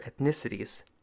ethnicities